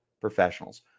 professionals